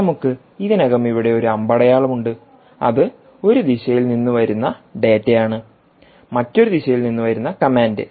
നമുക്ക് ഇതിനകം ഇവിടെ ഒരു അമ്പടയാളം ഉണ്ട് അത് ഒരു ദിശയിൽ നിന്ന് വരുന്ന ഡാറ്റയാണ് മറ്റൊരു ദിശയിൽ നിന്ന് വരുന്ന കമാൻഡ്